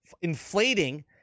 inflating